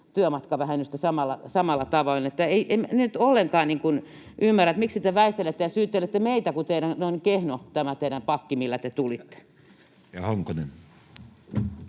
työmatkavähennystä samalla tavoin. En nyt ollenkaan ymmärrä, miksi te väistelette ja syyttelette meitä, kun on niin kehno tämä teidän pakkinne, millä te tulitte. [Speech